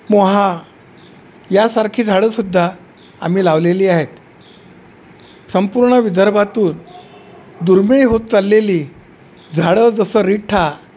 मोहा यासारखी झाडंसुद्धा आम्ही लावलेली आहेत संपूर्ण विदर्भातून दुर्मिळ होत चाललेली झाडं जसं रिठ्ठा